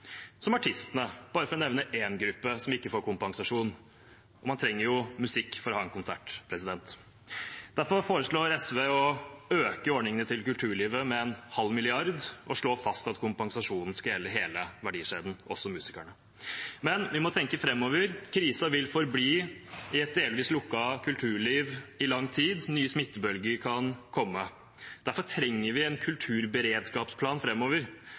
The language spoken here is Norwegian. som artistene, bare for å nevne en gruppe som ikke får kompensasjon. Men trenger jo musikk for å ha en konsert. SV foreslår derfor å øke ordningene til kulturlivet med en halv milliard og slår fast at kompensasjonen skal gjelde hele verdikjeden, også musikerne. Men vi må tenke framover. Krisen vil forbli i et delvis lukket kulturliv i lang tid. Nye smittebølger kan komme. Derfor trenger vi en kulturberedskapsplan